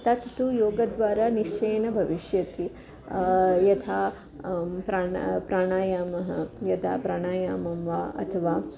तत्तु योगद्वारा निश्चयेन भविष्यति यथा प्राणा प्राणायामः यदा प्राणायामं वा अथवा